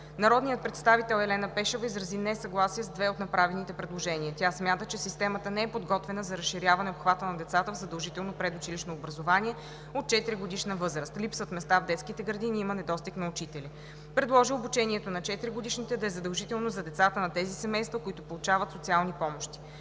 Народният представител Елена Пешева изрази несъгласие с две от направените предложения. Тя смята, че системата не е подготвена за разширяване обхвата на децата в задължително предучилищно образование от 4-годишна възраст. Липсват места в детските градини, има недостиг на учители. Предложи обучението на 4-годишните да е задължително за децата на тези семейства, които получават социални помощи.